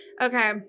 okay